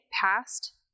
past